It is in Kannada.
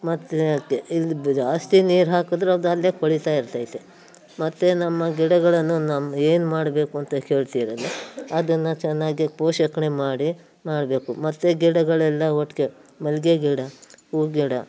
ಮತ್ತು ಅದಕ್ಕೆ ಇದು ಜಾಸ್ತಿ ನೀರಾಕಿದ್ರೆ ಅದಲ್ಲೇ ಕೊಳಿತಾ ಇರ್ತೈತೆ ಮತ್ತು ನಮ್ಮ ಗಿಡಗಳನ್ನು ನಮ್ಮ ಏನು ಮಾಡಬೇಕು ಅಂತ ಕೇಳ್ತೀರಲ್ಲ ಅದನ್ನು ಚೆನ್ನಾಗಿ ಪೋಷಣೆ ಮಾಡಿ ಮಾಡಬೇಕು ಮತ್ತು ಗಿಡಗಳೆಲ್ಲ ಒಟ್ಟಿಗೆ ಮಲ್ಲಿಗೆ ಗಿಡ ಹೂ ಗಿಡ